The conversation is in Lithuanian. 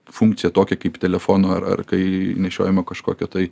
funkcija tokia kaip telefono ar ar kai nešiojamo kažkokio tai